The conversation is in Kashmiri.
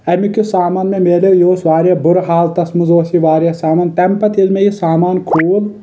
امیُک یہِ سامان مےٚ ملیو یہِ اوس وارایاہ بُرٕ حالتس منٛز اوس یہِ واریاہ سامان تیٚمہِ پتہٕ ییٚلہِ مےٚ یہِ سامان کھوٗل